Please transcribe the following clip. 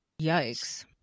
yikes